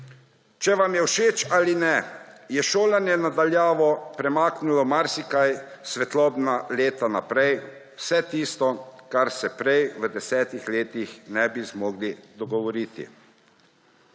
Če vam je všeč ali ne, je šolanje na daljavo premaknilo marsikaj svetlobna leta naprej, vse tisto, česar se prej v 10 letih ne bi zmogli dogovoriti.